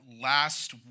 last